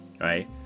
Right